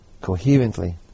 coherently